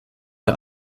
der